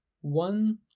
one